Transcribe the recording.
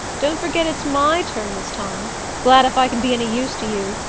don't forget it's my turn this time glad if i can be any use to you.